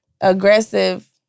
aggressive